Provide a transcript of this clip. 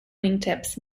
wingtips